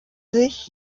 sich